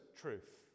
truth